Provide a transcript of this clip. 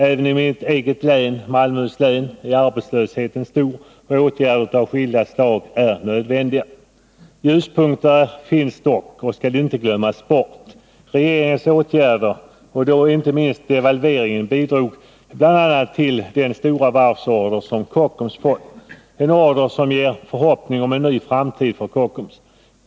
I mitt eget län, Malmöhus län, är arbetslösheten stor. Åtgärder av skilda slag är nödvändiga. Ljuspunkter finns dock, och de skall inte glömmas bort. Regeringens åtgärder, inte minst devalveringen, bidrog bl.a. till den stora varvsorder som Kockums fått. Det är en order som ger förhoppning om en ny framtid för Kockums.